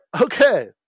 Okay